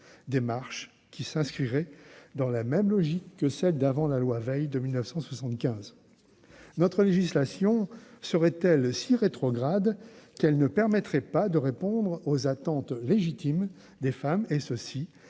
démarche qui s'inscrirait dans la même logique que celle qui prévalait avant la loi Veil de 1975. Notre législation serait-elle si rétrograde qu'elle ne permettrait pas de répondre aux attentes légitimes des femmes, et ce